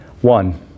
One